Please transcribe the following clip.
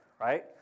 Right